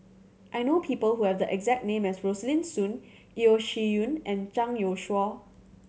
I know people who have the exact name as Rosaline Soon Yeo Shih Yun and Zhang Youshuo